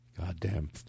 Goddamn